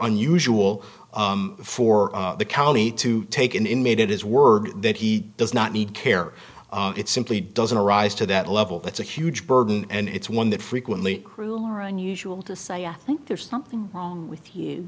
unusual for the county to take an inmate it is word that he does not need care it simply doesn't rise to that level that's a huge burden and it's one that frequently cruel or unusual to say i think there's something wrong with you